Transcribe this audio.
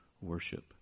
worship